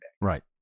right